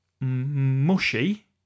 mushy